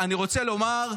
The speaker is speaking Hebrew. אלקין.